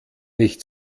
nicht